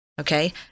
okay